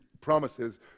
promises